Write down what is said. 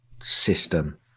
System